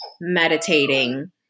meditating